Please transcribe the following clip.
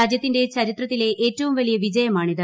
രാജ്യത്തിന്റെ ചരിത്രത്തിലെ ഏറ്റവും വലിയ വിജയമാണിത്